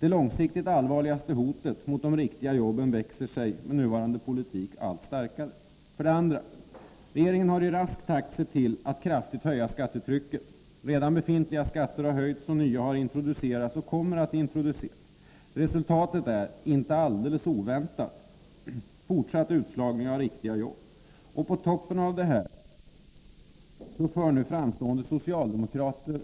Det långsiktigt allvarligaste hotet mot de riktiga jobben växer sig, med nuvarande politik, allt starkare. 2. Regeringen har i rask takt sett till att kraftigt höja skattetrycket. Redan befintliga skatter har höjts och nya har introducerats och kommer att introduceras. Resultatet är, inte alldeles oväntat, fortsatt utslagning av riktiga jobb. På toppen av detta för nu framstående socialdemokrater